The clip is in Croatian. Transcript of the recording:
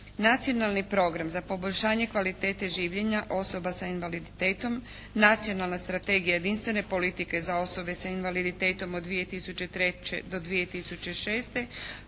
Nacionalni program za poboljšanje kvalitete življenja osoba sa invaliditetom, Nacionalna strategija jedinstvene politike za osobe sa invaliditetom od 2003. do 2006.,